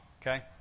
Okay